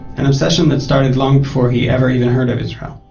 an obsession that started long before he ever even heard of israel.